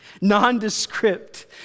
nondescript